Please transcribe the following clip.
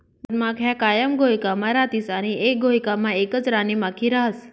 मधमाख्या कायम घोयकामा रातीस आणि एक घोयकामा एकच राणीमाखी रहास